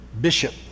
bishop